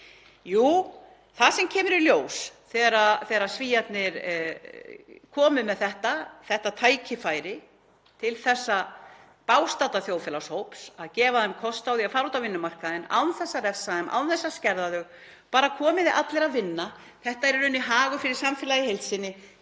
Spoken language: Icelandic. Jú, það sem kom í ljós, þegar Svíarnir komu með þetta tækifæri til þessa bágstadda þjóðfélagshóps — að gefa þeim kost á því að fara út á vinnumarkaðinn án þess að refsa þeim, án þess að skerða þau, bara komið þið allir að vinna — var að þetta er hagur fyrir samfélagið í heild sinni.